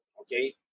okay